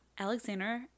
alexander